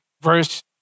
Verse